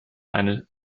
eine